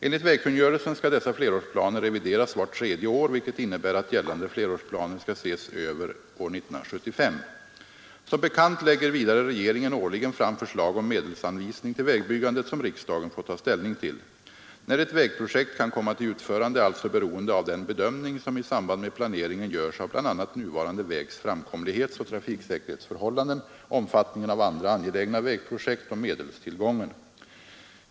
Enligt vägkungörelsen skall dessa flerårsplaner revideras vart tredje år, vilket innebär att gällande flerårsplaner skall ses över år 1975. Som bekant lägger vidare regeringen årligen fram förslag om medelsanvisning till vägbyggandet, som riksdagen får ta ställning till. När ett vägprojekt kan komma till utförande är alltså beroende av den bedömning som i samband med planeringen görs av bl.a. nuvarande vägs framkomlighetsoch trafiksäkerhetsförhållanden, omfattningen av andra angelägna vägprojekt och medelstillgången.